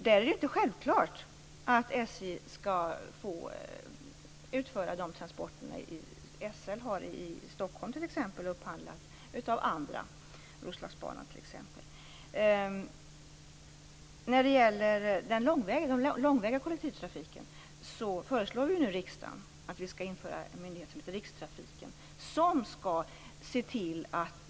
Det är inte självklart att SJ skall utföra dessa transporter. SL i Stockholm, t.ex., har upphandlat av andra företag, bl.a. när det gäller Roslagsbanan. Beträffande den långväga kollektivtrafiken föreslår vi nu riksdagen att det skall inrättas en ny myndighet som skall heta Rikstrafiken.